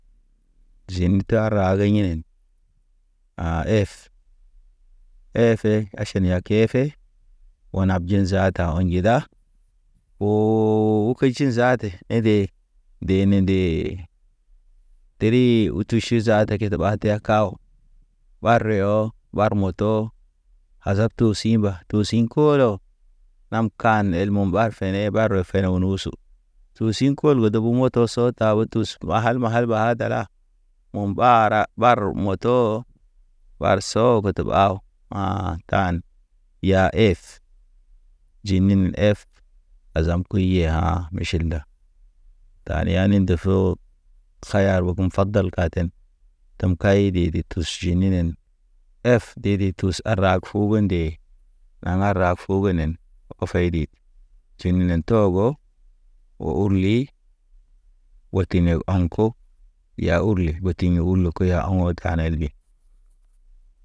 Jeni taara ge yinen a ef, efe aʃan ya ke. Keefe wan ŋge zaata o̰nji da. Oo ukit peytil zaata ḛ de, de ne ndee. Deri utu ʃu zaata takete ɓa teya kaw. Ɓar reyo, ɓar moto, azato si mba, to sḭ kolo. Nam kan el mo mbar fene ɓar fene o nusu, to sḭ kol e debe moto. Toso tab tus, mahal mahal ɓa dala. Mum ɓara, ɓar moto, ɓar so get ɓaw. An tan, ya ef jinin ef azam kuye ha̰ miʃil da. Lani yani de fo, kayar okum fadal katen, tem kay ɗe-ɗe tuʃ jininen. Ef de- de tus a ra kuge nde ama ra fu genen o feydi, tyni ne tohogo. O urli, watine o aŋko. Ya urli gotiyo ulo ko ya ɔŋ ta. Ta nel bi.